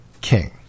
king